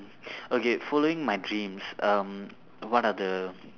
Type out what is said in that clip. okay following my dreams um what are the